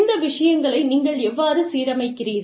இந்த விஷயங்களை நீங்கள் எவ்வாறு சீரமைக்கிறீர்கள்